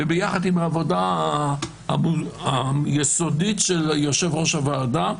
ויחד עם העבודה היסודית של יושב-ראש הוועדה,